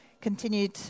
continued